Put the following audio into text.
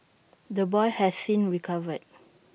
the boy has since recovered